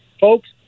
folks